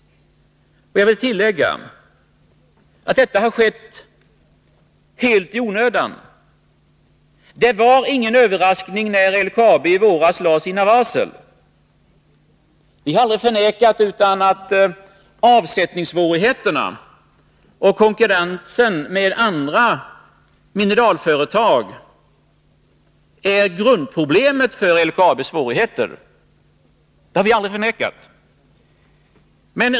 Jag vill tillägga att detta har skett helt i onödan. Det var ingen överraskning när LKAB i våras lade ut sina varsel. Vi har aldrig förnekat att avsättningssvårigheterna och konkurrensen med andra mineralföretag är grunden till LKAB:s problem.